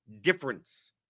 difference